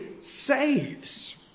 saves